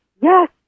Yes